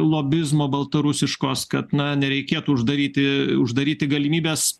lobizmo baltarusiškos kad na nereikėtų uždaryti uždaryti galimybės